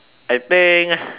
I think